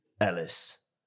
Ellis